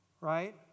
right